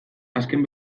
azken